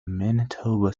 manitoba